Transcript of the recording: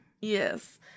Yes